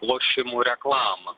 lošimų reklamą